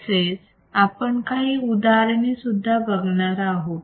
तसेच आपण काही उदाहरणे सुद्धा बघणार आहोत